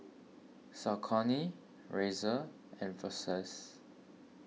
Saucony Razer and Versace